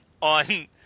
on